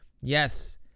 yes